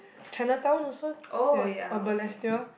Chinatown also yeah or Balestier